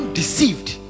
deceived